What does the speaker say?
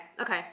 Okay